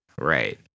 right